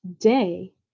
day